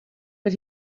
but